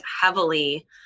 heavily